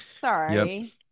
sorry